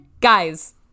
guys